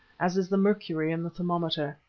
as is the mercury in the thermometer.